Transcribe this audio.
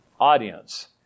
audience